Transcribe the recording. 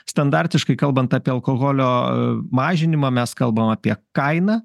standartiškai kalbant apie alkoholio mažinimą mes kalbam apie kainą